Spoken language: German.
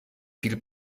viel